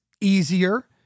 easier